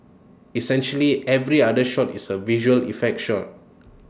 essentially every other shot is A visual effect shot